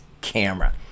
camera